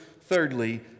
thirdly